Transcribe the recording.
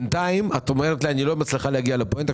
בינתיים את אומרת שאת לא מצליחה להגיע לפואנטה,